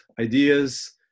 ideas